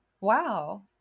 Wow